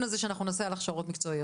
הזה שאנחנו נערוך על הכשרות מקצועיות.